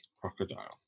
crocodile